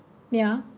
yeah